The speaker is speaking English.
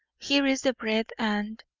here is the bread, and